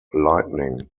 lightning